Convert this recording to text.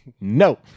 No